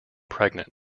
pregnant